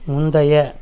முந்தைய